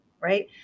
right